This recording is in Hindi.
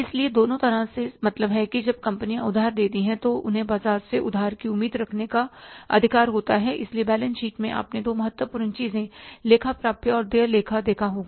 इसलिए दोनों तरह से मतलब कि जब कंपनियां उधार देती हैं तो उन्हें बाजार से उधार की उम्मीद रखने का अधिकार होता है इसलिए बैलेंस शीट में आपने दो महत्वपूर्ण चीजें लेखा प्राप्य और देय लेखा देखा होगा